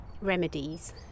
remedies